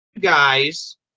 guys